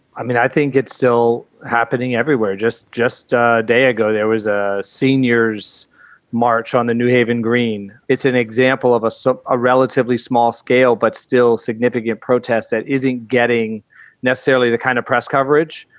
i mean, i think it's still happening everywhere. just just a day ago, there was a seniors' march on the new haven green. it's an example of so a relatively small scale, but still significant protests that isn't getting necessarily the kind of press coverage,